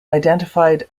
identified